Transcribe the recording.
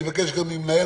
אני אבקש גם ממנהל